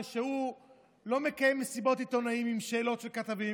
הרי הוא לא מקיים מסיבות עיתונאים עם שאלות של כתבים,